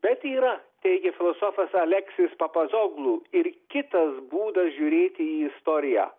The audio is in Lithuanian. bet yra teigia filosofas aleksijus papazoglu ir kitas būdas žiūrėti į istoriją